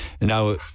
Now